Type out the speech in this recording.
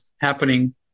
happening